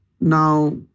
Now